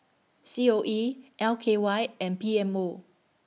C O E L K Y and P M O